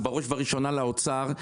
ובראש ובראשונה לאוצר,